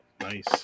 Nice